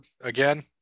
again